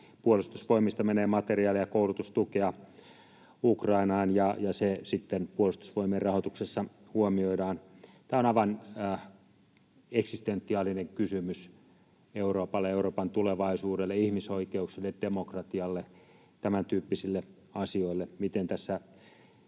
Puolustusvoimista menee materiaali- ja koulutustukea Ukrainaan, ja se sitten Puolustusvoimien rahoituksessa huomioidaan. Tämä on aivan eksistentiaalinen kysymys Euroopalle, Euroopan tulevaisuudelle, ihmisoikeuksille, demokratialle, tämäntyyppisille asioille, miten tässä